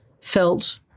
felt